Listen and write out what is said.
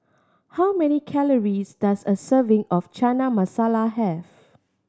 how many calories does a serving of Chana Masala have